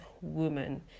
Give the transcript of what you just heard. woman